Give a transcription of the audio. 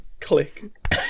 click